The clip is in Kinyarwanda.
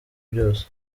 byose